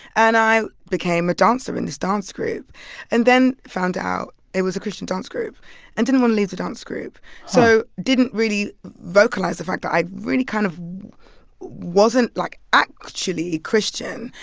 and i became a dancer in this dance group and then found out it was a christian dance group and didn't want to leave the dance group so didn't really vocalize the fact that i really kind of wasn't, like, actually christian.